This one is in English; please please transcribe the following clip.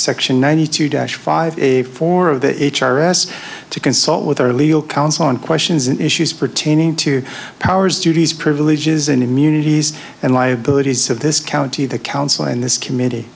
section ninety two dash five a four of the h r s to consult with our legal counsel on questions and issues pertaining to powers duties privileges and immunities and liabilities of this county the counsel in this committe